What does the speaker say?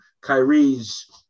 Kyrie's